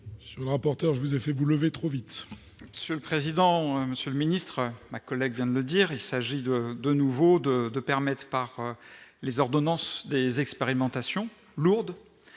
monsieur Ouzoulias rapporteur je vous ai fait vous levez trop vite. Monsieur le président, Monsieur le ministre ma collègue vient de le dire, il s'agit de de nouveaux de de permettent par les ordonnances des expérimentations lourdes